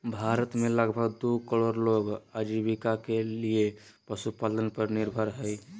भारत में लगभग दू करोड़ लोग आजीविका के लिये पशुपालन पर निर्भर हइ